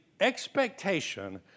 expectation